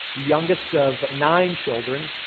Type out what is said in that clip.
youngest of nine children,